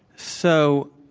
so